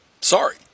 Sorry